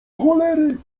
cholery